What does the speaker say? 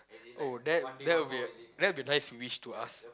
oh that that will be a that will be nice to wish to us